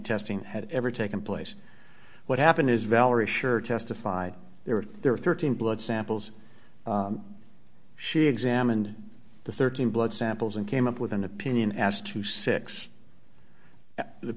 testing had ever taken place what happened is valerie sure testified there were there were thirteen blood samples she examined the thirteen blood samples and came up with an opinion as to six the